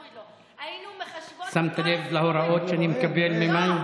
היינו מחשבות, שמת לב להוראות שאני מקבל ממאי?